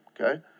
okay